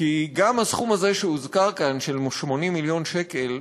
כי גם הסכום הזה שהוזכר כאן, של 80 מיליון שקל,